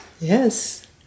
Yes